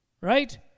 Right